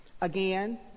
Again